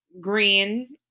Green